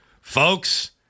Folks